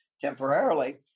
temporarily